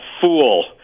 fool